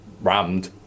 rammed